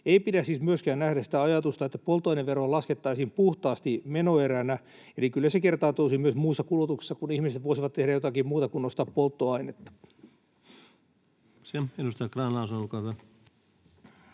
Ei pidä siis myöskään nähdä sitä ajatusta, että polttoaineveroa laskettaisiin, puhtaasti menoeränä, eli kyllä se kertautuisi myös muussa kulutuksessa, kun ihmiset voisivat tehdä jotakin muuta kuin ostaa polttoainetta.